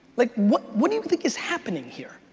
like what what do you think is happening here?